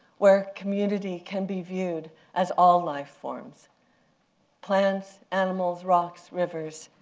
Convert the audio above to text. where community can be viewed as all life forms plants, animals, rocks, rivers,